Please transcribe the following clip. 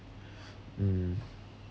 mm